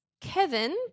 Kevin